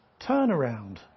turnaround